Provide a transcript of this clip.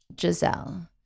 Giselle